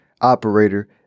operator